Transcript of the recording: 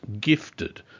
gifted